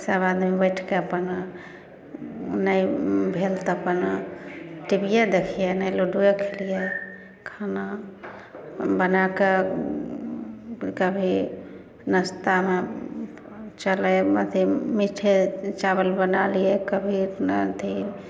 सब आदमी बैठ कऽ अपन नहि भेल तऽ अपन टी बी ए देखियै नहि लुड्ये खेलियै खाना अपन बना कऽ कभी नास्तामे चलै अथी मीठे चावल बना लियै कभी अपना अथी